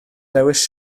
dewis